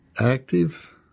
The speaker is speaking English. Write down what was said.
active